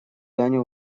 дань